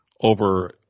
over